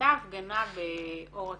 הייתה הפגנה באור עקיבא,